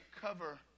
cover